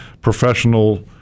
professional